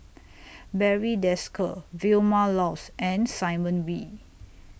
Barry Desker Vilma Laus and Simon Wee